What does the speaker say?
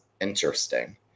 interesting